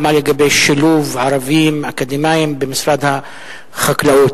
מה לגבי שילוב ערבים אקדמאים במשרד החקלאות?